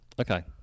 Okay